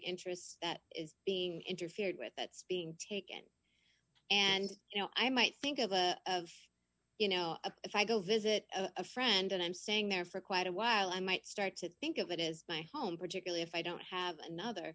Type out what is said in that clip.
interest that is being interfered with that's being taken and you know i might think of a you know if i go visit a friend and i'm staying there for quite a while i might start to think it is my home particularly if i don't have another